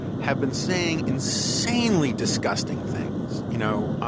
have been saying insanely disgusting things. you know